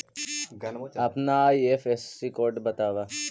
अपना IFSC code बतावअ